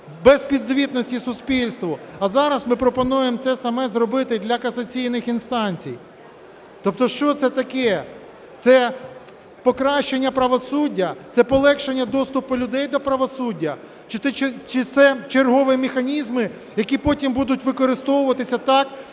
без підзвітності суспільству. А зараз ми пропонуємо це саме зробити для касаційних інстанцій. Тобто що це таке? Це покращення правосуддя? Це полегшення доступу людей до правосуддя чи це чергові механізми, які потім будуть використовуватися так,